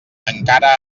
encara